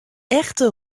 echte